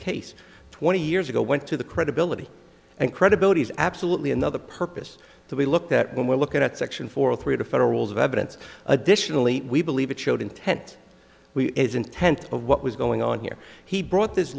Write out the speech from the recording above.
case twenty years ago went to the credibility and credibility is absolutely another purpose to be looked at when we're looking at section four through to federal rules of evidence additionally we believe it showed intent is intent of what was going on here he brought this